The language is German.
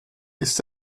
ist